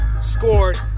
scored